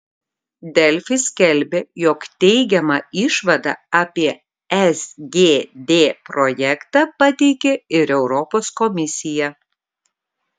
delfi skelbė jog teigiamą išvadą apie sgd projektą pateikė ir europos komisija